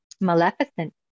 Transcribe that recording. Maleficent